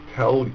tell